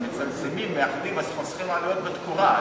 כשמצמצמים ומאחדים אז חוסכים עלויות בתקורה.